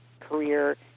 career